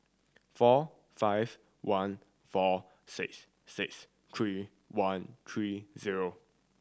four five one four six six three one three zero